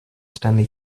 stanley